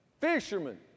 Fishermen